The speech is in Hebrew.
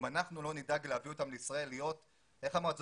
אם אנחנו לא נדאג להביא אותם לישראל כפי שאמרת,